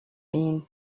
ihn